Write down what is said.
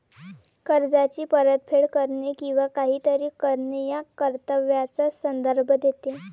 कर्जाची परतफेड करणे किंवा काहीतरी करणे या कर्तव्याचा संदर्भ देते